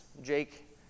Jake